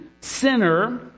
sinner